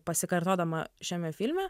pasikartodama šiame filme